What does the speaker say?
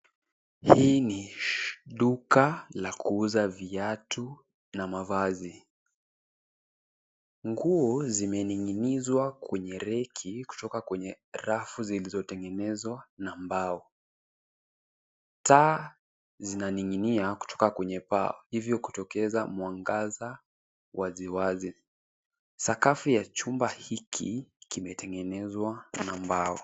Hii ni duka la kuuza viatu na mavazi. Nguo zimening'inizwa kwenye reki kutoka kwenye rafu zilizotengenezwa na mbao. Taa zinaning'inia kutoka kwenye paa, hivyo kutokeza mwangaza wazi wazi. Sakafu ya chumba hiki kimetengenezwa na mbao.